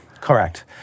Correct